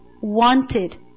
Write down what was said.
wanted